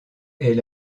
est